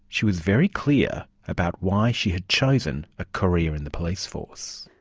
she was very clear about why she had chosen a career in the police force.